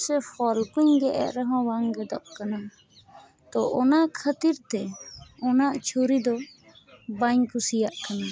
ᱥᱮ ᱯᱷᱚᱞ ᱠᱚᱧ ᱜᱮᱫ ᱮᱫ ᱨᱮᱦᱚᱸ ᱵᱟᱝ ᱜᱮᱫᱚᱜ ᱠᱟᱱᱟ ᱛᱳ ᱚᱱᱟ ᱠᱷᱟᱹᱛᱤᱨ ᱛᱮ ᱚᱱᱟ ᱪᱷᱩᱨᱤ ᱫᱚ ᱵᱟᱹᱧ ᱠᱩᱥᱤᱭᱟᱜ ᱠᱟᱱᱟ